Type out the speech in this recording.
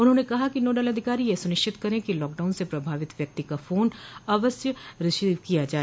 उन्होंने कहा कि नोडल अधिकारी यह सुनिश्चित करें कि लॉकडाउन से प्रभावित व्यक्ति का फोन अवश्य रिसीव किया जाय